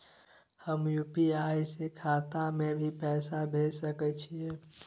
हम यु.पी.आई से खाता में भी पैसा भेज सके छियै?